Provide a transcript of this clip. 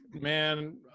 Man